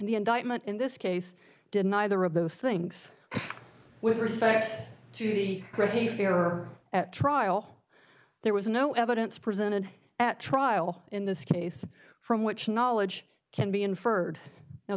the indictment in this case did neither of those things with respect to a fair or at trial there was no evidence presented at trial in this case from which knowledge can be inferred now